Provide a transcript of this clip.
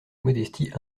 modestie